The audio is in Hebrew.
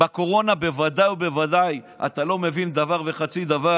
בקורונה בוודאי ובוודאי אתה לא מבין דבר וחצי דבר.